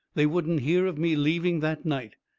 they wouldn't hear of me leaving that night.